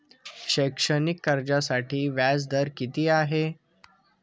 शैक्षणिक कर्जासाठी व्याज दर किती आहे?